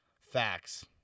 Facts